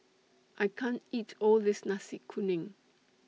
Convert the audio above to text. I can't eat All of This Nasi Kuning